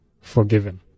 forgiven